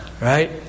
right